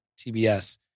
TBS